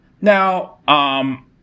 Now